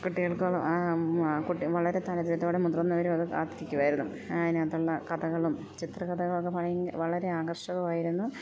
കുട്ടികൾക്കും കുട്ടി വളരെ താൽപര്യത്തോടെ മുതിർന്നവരും അത് കാത്തിരിക്കുമായിരുന്നു അതിനകത്തുള്ള കഥകളും ചിത്രകഥകളൊക്കെ വളരെ ആകർഷകമായിരുന്നു